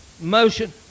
motion